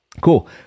Cool